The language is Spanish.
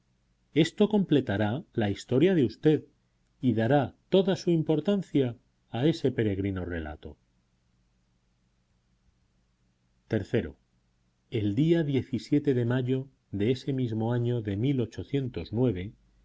esto completará la historia de usted y dará toda su importancia a ese peregrino relato iii el día de mayo de ese mismo año de